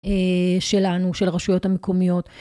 שלנו, של רשויות המקומיות.